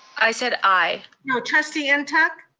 i said, aye. no trustee and ntuk?